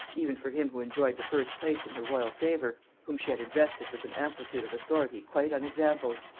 even for him who enjoyed the first place in her royal favor, whom she had invested with an amplitude of authority quite unexampled,